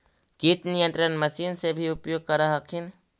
किट नियन्त्रण मशिन से भी उपयोग कर हखिन?